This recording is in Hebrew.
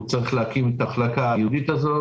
הוא צריך להקים את המחלקה הייעודית הזאת.